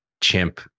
chimp